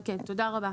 כן, תודה רבה.